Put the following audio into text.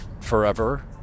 forever